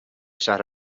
شهر